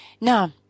Now